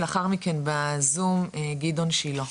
לאחר מכן בזום גדעון שילה.